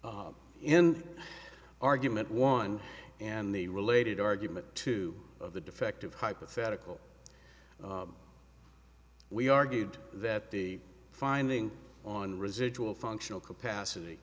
three in argument one and the related argument two of the defective hypothetical we argued that the finding on residual functional capacity